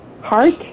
Heart